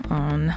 on